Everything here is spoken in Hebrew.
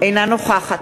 אינה נוכחת